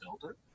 Builder